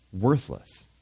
worthless